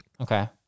Okay